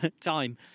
time